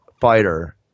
fighter